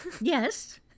Yes